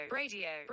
radio